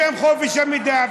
בשם חופש המידע,